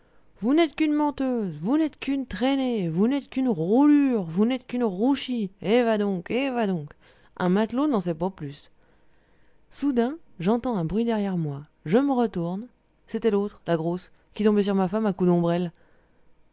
vous n'êtes qu'une menteuse vous n'êtes qu'une traînée vous n'êtes qu'une roulure vous n'êtes qu'une rouchie et va donc et va donc un matelot n'en sait pas plus soudain j'entends un bruit derrière moi je me r'tourne c'était l'autre la grosse qui tombait sur ma femme à coups d'ombrelle